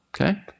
okay